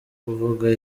kuvuga